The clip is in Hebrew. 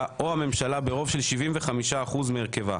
או הממשלה ברוב של 75 אחוזים מהרכבה.